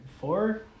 four